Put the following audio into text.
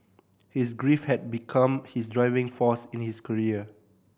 his grief had become his driving force in his career